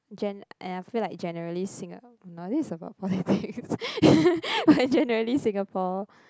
gen~ and I feel like generally Singapore no this is about politics generally Singapore